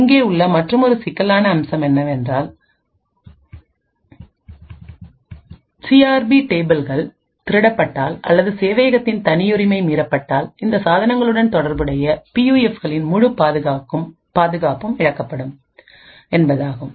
இங்கே உள்ள மற்றுமொரு சிக்கலான அம்சம் என்னவென்றால் சிஆர்பி டேபிள்கள் திருடப்பட்டால் அல்லது சேவையகத்தின் தனியுரிமை மீறப்பட்டால் இந்த சாதனங்களுடன் தொடர்புடைய பியூஎஃப்களின் முழு பாதுகாப்பும் இழக்கப்படும் என்பதாகும்